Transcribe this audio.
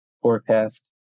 forecast